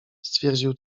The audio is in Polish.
stwierdził